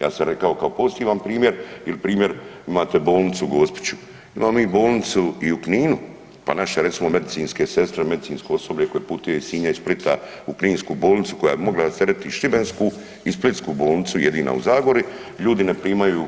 Ja sam rekao kao pozitivan primjer ili primjer, imate bolnicu u Gospiću, imamo mi bolnicu i u Kninu pa naše recimo medicinske sestre, medicinsko osoblje koje putuje iz Sinja i Splita u kninsku bolnicu koja bi mogla rasteretiti šibensku i splitsku bolnicu, jedina u Zagori, ljudi ne primaju,